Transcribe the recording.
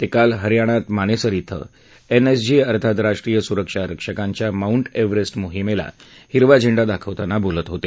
ते काल हरयाणात मानेसर क्वे एनएसजी अर्थात राष्ट्रीय सुरक्षा रक्षकांच्या माऊंट एवरेस्ट मोहिमेला हिरवा झेंडा दाखवताना बोलत होते